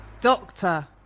Doctor